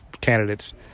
candidates